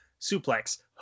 Suplex